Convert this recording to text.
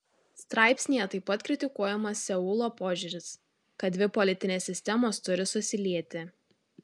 straipsnyje taip pat kritikuojamas seulo požiūris kad dvi politinės sistemos turi susilieti